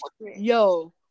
Yo